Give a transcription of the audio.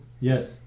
Yes